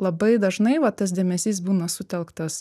labai dažnai va tas dėmesys būna sutelktas